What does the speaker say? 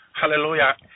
Hallelujah